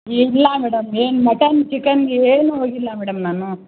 ಇಲ್ಲ ಮೇಡಮ್ ಎನ್ mutton chicken ಏನೂ ಇದಿಲ್ಲ ಮೇಡಮ್ ನಾನು